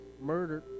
murdered